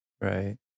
Right